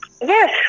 Yes